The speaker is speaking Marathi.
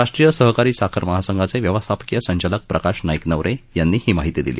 राष्ट्रीय सहकारी साखर महासंघाचे व्यवस्थापकीय संचालक प्रकाश नाईकनवरे यांनी ही माहिती दिली